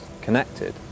connected